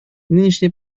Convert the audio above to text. нынешняя